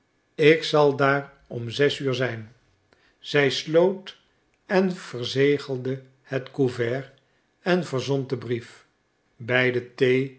ik zal daar om zes uur zijn zij sloot en verzegelde het couvert en verzond den brief bij de